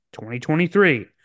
2023